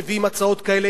מביאים הצעות כאלה.